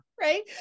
Right